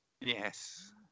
Yes